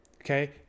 okay